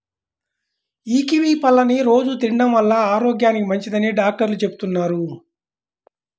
యీ కివీ పళ్ళని రోజూ తినడం వల్ల ఆరోగ్యానికి మంచిదని డాక్టర్లు చెబుతున్నారు